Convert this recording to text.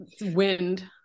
wind